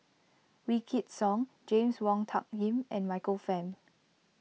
Wykidd Song James Wong Tuck Yim and Michael Fam